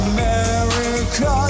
America